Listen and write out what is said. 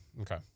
okay